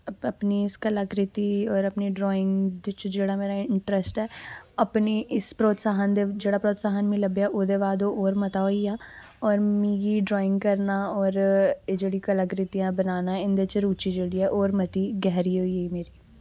अपनी इस कलाकृति और अपनी ड्रांइग च जेह्ड़ा मेरा इंटरस्ट ऐ अपनी इस प्रतोसाह्न दे जेह्ड़ा प्रतोसाह्न मिगी लब्भेआ ओह्दे बाद ओह् होर मता होई गेआ और मिगी ड्राइंग करना और एह् जेह्ड़ी कलाकृतियां बनाना इंदे च रुचि जेह्ड़ी ऐ और मती गैह्री होई गेई मेरी